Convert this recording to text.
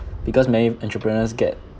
because many entrepreneurs get